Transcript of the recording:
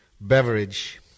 beverage